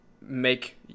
make